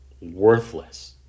worthless